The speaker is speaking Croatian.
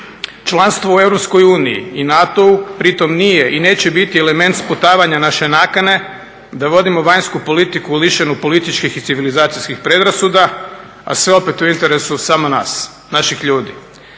Europskoj uniji i NATO-u pri tom nije i neće biti element sputavanja naše nakane da vodimo vanjsku politiku lišenu političkih i civilizacijskih predrasuda, a sve opet u interesu samo nas, naših ljudi.